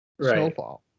snowfall